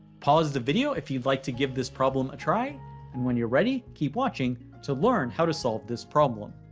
pause the video, if you'd like to give this problem a try and when you're ready, keep watching to learn how to solve this problem.